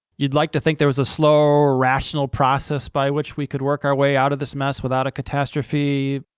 you'd like to think there was a slow, rational process by which we could work our way out of this mess without a catastrophe.